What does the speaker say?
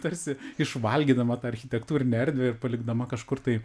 tarsi išvalgydama tą architektūrinę erdvę ir palikdama kažkur tai